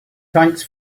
thanks